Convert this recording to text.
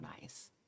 nice